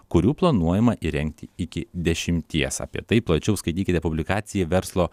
kurių planuojama įrengti iki dešimties apie tai plačiau skaitykite publikaciją verslo